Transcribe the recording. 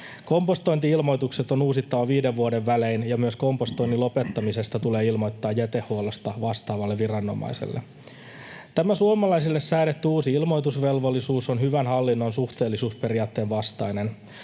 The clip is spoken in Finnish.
Kompostointi-ilmoitukset on uusittava viiden vuoden välein, ja myös kompostoinnin lopettamisesta tulee ilmoittaa jätehuollosta vastaavalle viranomaiselle. Tämä suomalaisille säädetty uusi ilmoitusvelvollisuus on hyvän hallinnon suhteellisuusperiaatteen vastainen.